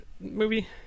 movie